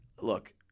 look